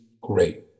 great